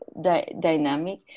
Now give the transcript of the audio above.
dynamic